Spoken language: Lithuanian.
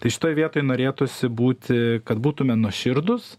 tai šitoj vietoj norėtųsi būti kad būtume nuoširdūs